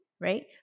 right